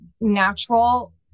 natural